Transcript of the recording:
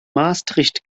maastricht